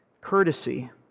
courtesy